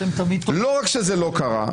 לא רק שזה לא קרה,